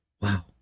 Wow